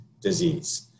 disease